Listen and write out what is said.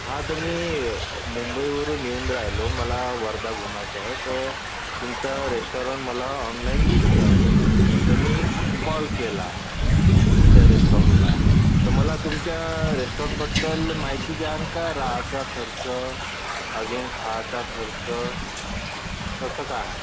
हां तर मी मुंबईवरून येऊन राहिलो मला वर्धा घुमायचं आहे तर तुमचं रेस्टॉरन मला ऑनलाइन दिसलं तर मी कॉल केला तुमच्या रेस्टॉरनला तर मला तुमच्या रेस्टॉर्नबद्दल माहिती द्याल का रहायचा खर्च अजून खायचा खर्च कसं काय आहे